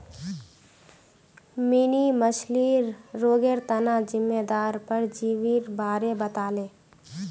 mini मछ्लीर रोगेर तना जिम्मेदार परजीवीर बारे बताले